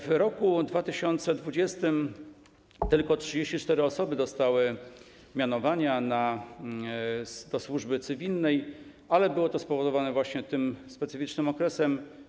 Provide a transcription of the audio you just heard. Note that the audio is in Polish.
W roku 2020 tylko 34 osoby otrzymały mianowania do służby cywilnej, ale było to spowodowane właśnie tym specyficznym okresem.